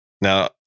Now